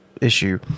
issue